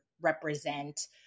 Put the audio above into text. represent